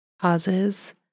pauses